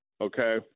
okay